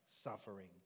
suffering